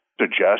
suggest